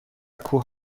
کوه